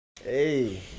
Hey